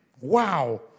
Wow